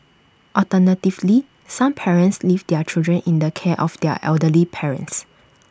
alternatively some parents leave their children in the care of their elderly parents